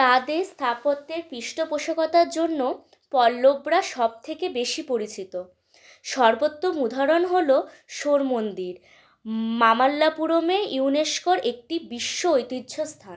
তাদের স্থাপত্যের পৃষ্ঠপোষকতার জন্য পল্লবরা সব থেকে বেশি পরিচিত সর্বোত্তম উদাহরণ হলো শোর মন্দির মামাল্লাপুরমে ইউনেস্কোর একটি বিশ্ব ঐতিহ্য স্থান